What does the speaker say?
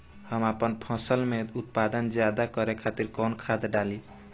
हम आपन फसल में उत्पादन ज्यदा करे खातिर कौन खाद डाली?